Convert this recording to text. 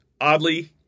Oddly